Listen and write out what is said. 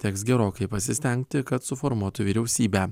teks gerokai pasistengti kad suformuotų vyriausybę